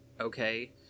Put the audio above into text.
Okay